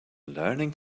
learning